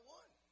one